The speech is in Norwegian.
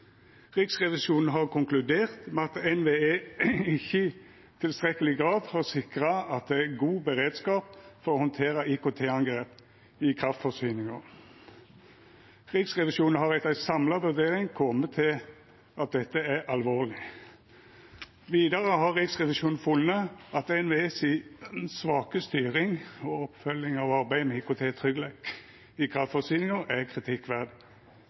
Riksrevisjonen har konkludert med at NVE ikkje i tilstrekkeleg grad har sikra at det er god beredskap for å handtera IKT-angrep i kraftforsyninga. Riksrevisjonen har etter ei samla vurdering kome til at dette er alvorleg. Vidare har Riksrevisjonen funne at NVE si svake styring og oppfylging av arbeidet med IKT-tryggleik i kraftforsyninga er kritikkverdig.